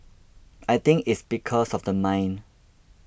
I think it's because of the mine